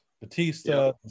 Batista